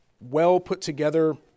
well-put-together